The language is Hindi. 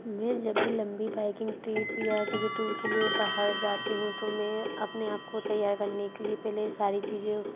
मैं जब भी लंबी बाइकिंग ट्रिप या किसी टूर के लिए बाहर जाती हूँ तो मैं अपने आप को तैयार करने के लिए पहले सारी चीज़ों